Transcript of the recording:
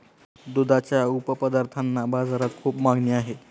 दुधाच्या उपपदार्थांना बाजारात खूप मागणी आहे